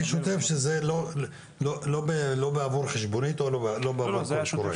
כשוטף שלא בעבור חשבונית או לא בעבור קול קורא.